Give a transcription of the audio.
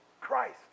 Christ